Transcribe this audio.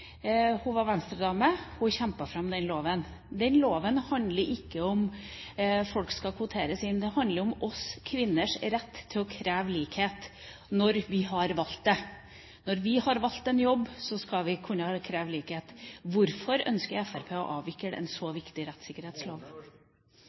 Hun var Venstre-dame, og hun kjempet fram den loven. Den loven handler ikke om at folk skal kvoteres inn, den handler om kvinners rett til å kreve likhet når vi har valgt det. Når vi har valgt en jobb, så skal vi kunne kreve likhet. Hvorfor ønsker Fremskrittspartiet å avvikle en så